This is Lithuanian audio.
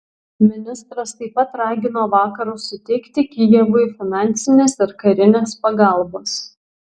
ministras taip pat ragino vakarus suteikti kijevui finansinės ir karinės pagalbos